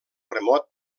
remot